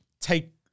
take